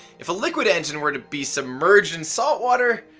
if a liquid engine were to be submerged in salt water,